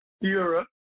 Europe